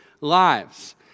lives